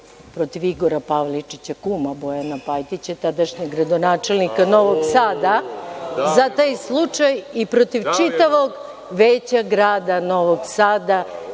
protiv Igora Pavličića, kuma Bojana Pajtića, tadašnjeg gradonačelnika Novog Sada za taj slučaj i protiv čitavog veća grada Novog Sada